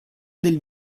del